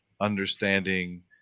understanding